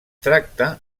tracta